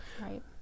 Right